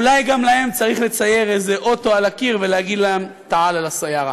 אולי גם להם צריך לצייר איזה אוטו על הקיר ולהגיד להם: אטלע ל-סיארה.